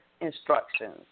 instructions